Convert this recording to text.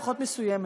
לפחות מסוימת.